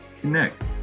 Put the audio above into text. connect